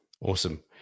awesome